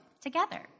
together